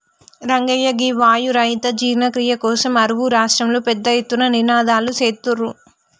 రంగయ్య గీ వాయు రహిత జీర్ణ క్రియ కోసం అరువు రాష్ట్రంలో పెద్ద ఎత్తున నినాదలు సేత్తుర్రు